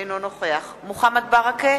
אינו נוכח מוחמד ברכה,